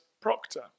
Proctor